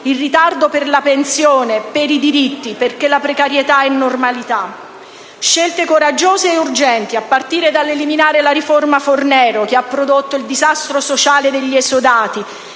in ritardo per la pensione, oltre che per i diritti, perché la precarietà è normalità. Occorrono scelte coraggiose e urgenti, a partire dall'eliminare la cosiddetta riforma Fornero che ha prodotto il disastro sociale degli esodati